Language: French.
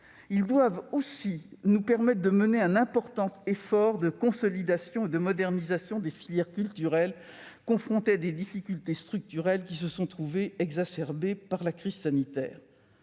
Ils doivent aussi nous permettre de mener un important effort de consolidation et de modernisation des filières culturelles confrontées à des difficultés structurelles qui se sont trouvées exacerbées par la crise sanitaire.